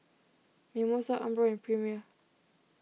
Mimosa Umbro and Premier